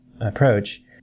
approach